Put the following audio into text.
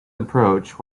approach